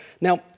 Now